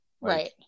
Right